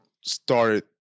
started